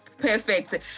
Perfect